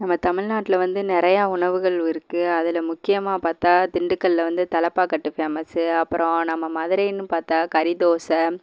நம்ம தமில்நாட்டில வந்து நிறையா உணவுகள் இருக்குது அதில் முக்கியமாக பார்த்தா திண்டுக்கல்ல வந்து தலைப்பாக்கட்டு ஃபேமஸ்ஸு அப்புறம் நம்ம மதுரைன்னு பார்த்தா கறிதோசை